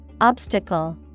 Obstacle